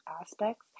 aspects